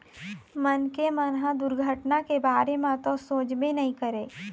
मनखे मन ह दुरघटना के बारे म तो सोचबे नइ करय